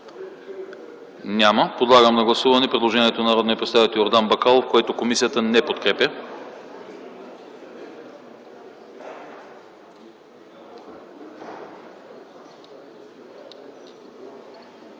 Няма. Подлагам на гласуване предложението на народния представител Лъчезар Тошев, което комисията не подкрепя.